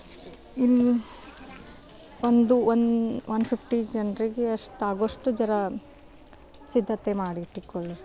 ಇನ್ನು ಒಂದು one one fifty ಜನರಿಗೆ ಅಷ್ಟಾಗುವಷ್ಟು ಜರಾ ಸಿದ್ಧತೆ ಮಾಡಿ ಇಟ್ಟುಕೊಳ್ಳಿರಿ